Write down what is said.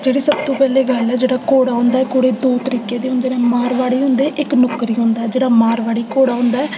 जेह्ड़े सबतूं पैह्लें गल्ल ऐ जेह्ड़ा घोड़ा होंदा ऐ घोड़े दो तरीके दे होंदे न मारवाड़ी होंदे इक नुक्करी होंदा ऐ जेह्ड़ा मारवाड़ी घोड़ा होंदा ऐ